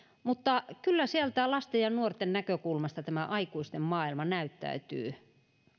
mutta kyllä sieltä lasten ja nuorten näkökulmasta tämä aikuisten maailma näyttäytyy